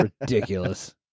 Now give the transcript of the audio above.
ridiculous